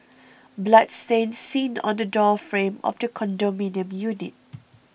blood stain seen on the door frame of the condominium unit